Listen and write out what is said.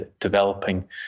developing